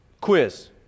quiz